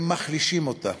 הם מחלישים אותה,